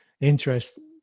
interesting